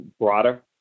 broader